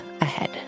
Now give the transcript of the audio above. ahead